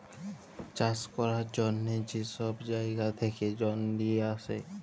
চাষ ক্যরার জ্যনহে যে ছব জাইগা থ্যাকে জল লিঁয়ে আসে